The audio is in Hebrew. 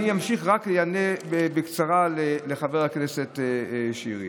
אני אמשיך ורק אענה בקצרה לחבר הכנסת שירי: